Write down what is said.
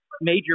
major